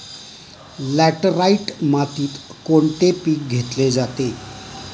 Laterite मातीत कोणते पीक घेतले जाते?